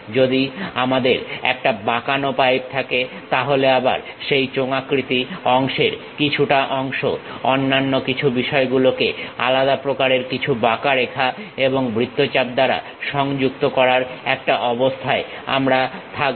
যদি আমাদের একটা বাঁকানো পাইপ থাকে তাহলে আবার সেই চোঙাকৃতি অংশের কিছুটা অংশ অন্যান্য কিছু বিষয়গুলোকে আলাদা প্রকারের কিছু বাঁকা রেখা এবং বৃত্তচাপ দ্বারা সংযুক্ত করার একটা অবস্থায় আমরা থাকবো